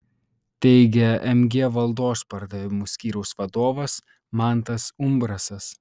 teigia mg valdos pardavimų skyriaus vadovas mantas umbrasas